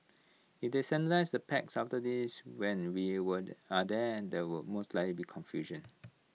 if they standardise the packs after this when we are there will most likely be confusion